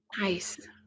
Nice